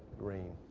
green.